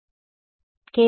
విద్యార్థి X